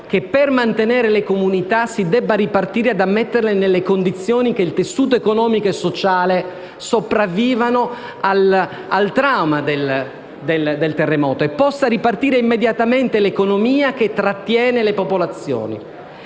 che, per mantenere le comunità, si debba partire dal metterle nelle condizioni che il tessuto economico e sociale sopravviva al trauma del terremoto e possa ripartire immediatamente l'economia, che trattiene le popolazioni.